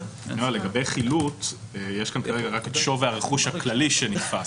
לגבי חילוט יש כאן כרגע רק את שווי הרכוש הכללי שנתפס,